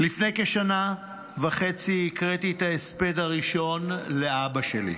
"לפני כשנה וחצי הקראתי את ההספד הראשון לאבא שלי.